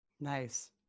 Nice